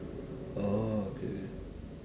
oh okay